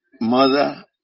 mother